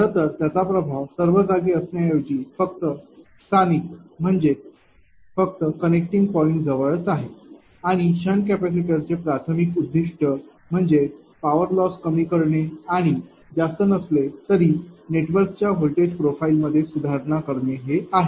खरं तर त्याचा प्रभाव सर्व जागी असण्या ऐवजी फक्त स्थानिक म्हणजे फक्त कनेक्टिंग पॉईंट जवळच आहे आणि शंट कॅपेसिटरचे प्राथमिक उद्दीष्ट म्हणजे पॉवर लॉस कमी करणे आणि जास्त नसले तरी नेटवर्कच्या व्होल्टेज प्रोफाइल मध्ये सुधारणा करणे हे आहे